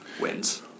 wins